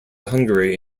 hungary